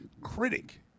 critic